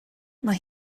mae